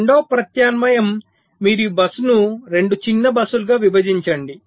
రెండవ ప్రత్యామ్నాయం మీరు ఈ బస్సును 2 చిన్న బస్సులుగా విభజించండి